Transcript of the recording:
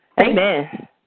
Amen